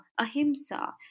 ahimsa